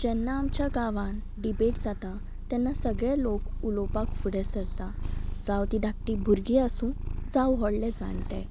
जेन्ना आमच्या गांवान डिबेट जाता तेन्ना सगळे लोक उलोवपाक फुडें सरता जावं तीं धाकटीं भुरगीं आसूं जावं व्होडले जाण्टे